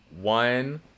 one